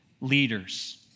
leaders